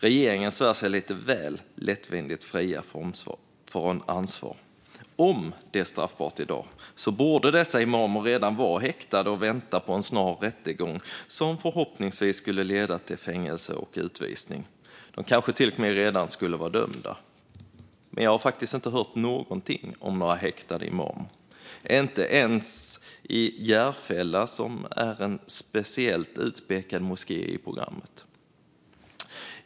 Regeringen svär sig lite väl lättvindigt fri från ansvar. Om det är straffbart i dag borde dessa imamer redan vara häktade och vänta på en snar rättegång, som förhoppningsvis skulle leda till fängelse och utvisning. De kanske till och med redan skulle vara dömda. Men jag har faktiskt inte hört någonting om några häktade imamer - inte ens i den moské i Järfälla som speciellt pekas ut i programmet.